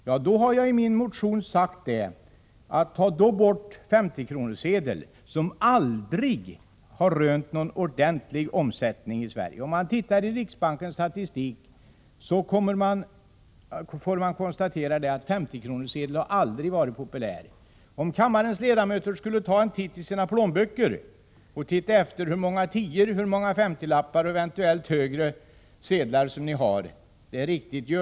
Ja, jag har i min motion förklarat att man då bör ta bort 50-kronorssedeln, som aldrig har rönt någon ordentlig omsättning i Sverige. Riksbankens statistik visar att 50-kronorssedeln aldrig har varit populär. Jag ber kammarens ledamöter se 91 efter i sina plånböcker hur många 10:or, 50-lappar och eventuellt högre sedelvalörer ni har.